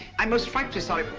i'm most frightfully sorry